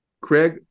Craig